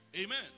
Amen